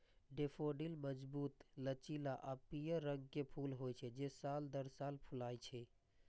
daffodil मजबूत, लचीला आ पीयर रंग के फूल होइ छै, जे साल दर साल फुलाय छै